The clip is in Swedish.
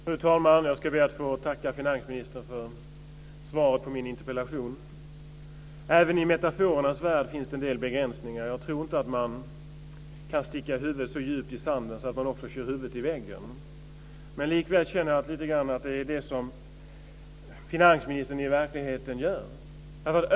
Fru talman! Jag ska be att få tacka finansministern för svaret på min interpellation. Även i metaforernas värld finns det en del begränsningar. Jag tror inte att man kan sticka huvudet så djupt i sanden att man också kör huvudet i väggen. Men likväl känner jag lite grann att det är det som finansministern i verkligheten gör.